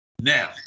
Now